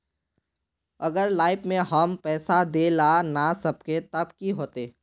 अगर लाइफ में हम पैसा दे ला ना सकबे तब की होते?